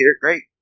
great